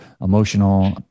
emotional